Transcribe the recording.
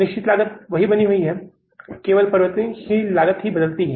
निश्चित लागत वही बनी हुई है केवल परिवर्तनशील लागत ही बदलती है